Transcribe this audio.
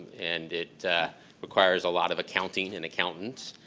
and it requires a lot of accounting and accountants.